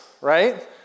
right